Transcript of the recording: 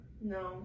No